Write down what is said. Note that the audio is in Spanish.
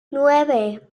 nueve